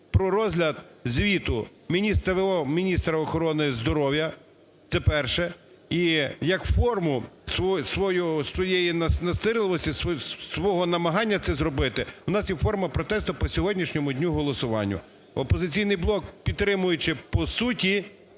про розгляд звіту міністра в.о. міністра охорони здоров'я. Це перше. І як форму свою… своєї настирливості, свого намагання це зробити у нас є форма протесту по сьогоднішньому дню голосування. "Опозиційний блок", підтримуючи по суті